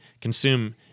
consume